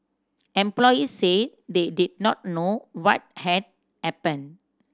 employees said they did not know what had happened